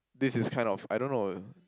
this is kind of I don't know